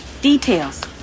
details